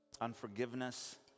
unforgiveness